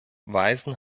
weisen